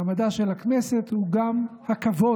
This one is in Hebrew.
מעמדה של הכנסת הוא גם הכבוד